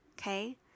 okay